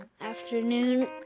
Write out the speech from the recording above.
afternoon